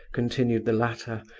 continued the latter,